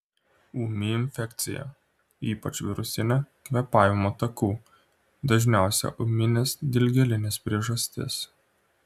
ūmi infekcija ypač virusinė kvėpavimo takų dažniausia ūminės dilgėlinės priežastis